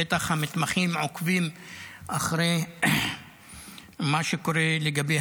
בטח המתמחים עוקבים אחרי מה שקורה לגבי